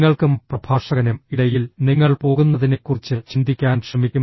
നിങ്ങൾക്കും പ്രഭാഷകനും ഇടയിൽ നിങ്ങൾ പോകുന്നതിനെക്കുറിച്ച് ചിന്തിക്കാൻ ശ്രമിക്കും